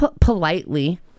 Politely